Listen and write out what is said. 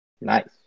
Nice